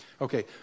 Okay